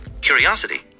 Curiosity